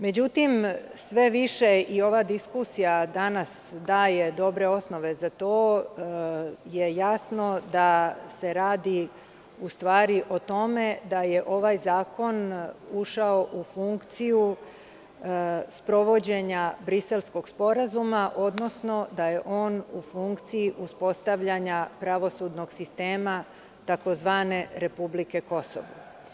Međutim, sve više i ova diskusija danas daje dobre osnove za to, jasno je da se radi u stvari o tome da je ovaj zakon ušao u funkciju sprovođenja Briselskog sporazuma, odnosno da je on u funkciji uspostavljanja pravosudnog sistema, tzv. „Republike Kosovo“